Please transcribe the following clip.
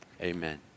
Amen